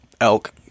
elk